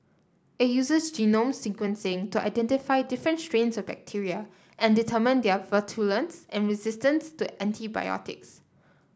it uses genome sequencing to identify different strains of bacteria and determine their virulence and resistance to antibiotics